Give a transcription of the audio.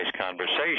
conversation